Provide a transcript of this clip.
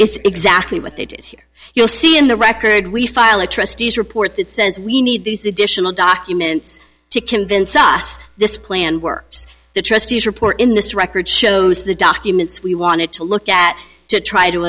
it's exactly what they did here you'll see in the record we file a trustees report that says we need these additional documents to convince us this plan works the trustees report in this record shows the documents we wanted to look at to try to